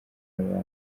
aba